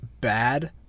bad